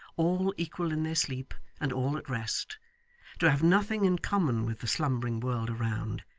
all equal in their sleep, and all at rest to have nothing in common with the slumbering world around,